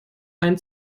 einen